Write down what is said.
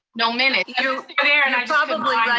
no minutes. you're but you're and um probably yeah